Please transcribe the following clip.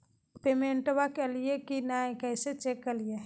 पेमेंटबा कलिए की नय, कैसे चेक करिए?